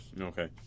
Okay